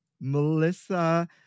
Melissa